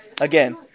Again